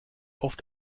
oft